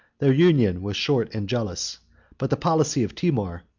their union was short and jealous but the policy of timour,